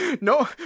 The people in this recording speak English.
No